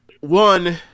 one